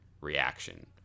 reaction